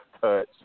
touch